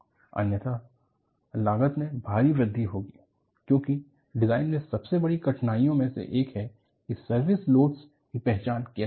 अन्यथा लागत में भारी वृद्धि होगी क्योंकि डिज़ाइन में सबसे बड़ी कठिनाइयों में से एक है कि सर्विस लोडस की पहचान कैसे करें